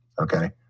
okay